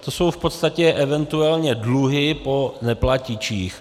To jsou v podstatě eventuálně dluhy po neplatičích.